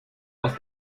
aus